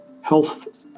health